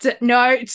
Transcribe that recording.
No